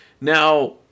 now